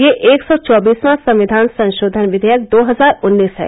यह एक सौ चौबीसवां संविधान संशोधन विघेयक दो हजार उन्नीस है